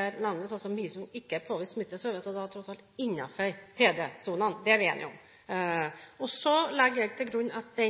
her nevnes, altså Misund, ikke er påvist smitte, er vi tross alt innenfor PD-sonen. Det er vi enige om. Jeg legger til grunn at